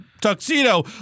tuxedo